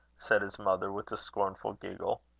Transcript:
said his mother, with a scornful giggle.